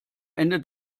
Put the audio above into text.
ende